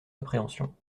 appréhensions